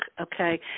okay